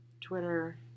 Twitter